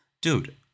dude